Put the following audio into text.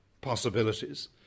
possibilities